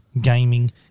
gaming